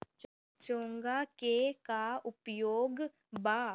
चोंगा के का उपयोग बा?